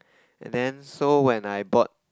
and then so when I bought